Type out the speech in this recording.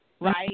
right